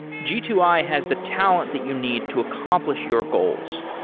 g two i has the talent that you need to accompl ish your goals.